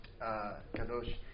kadosh